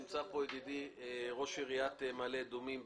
נמצא פה ידידי ראש עיריית מעלה אדומים,